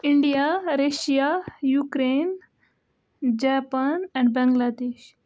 India Russia Ukraine Japan and Bangladesh